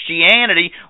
Christianity